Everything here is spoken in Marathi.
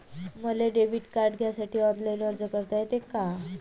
मले डेबिट कार्ड घ्यासाठी ऑनलाईन अर्ज करता येते का?